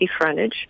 frontage